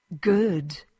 Good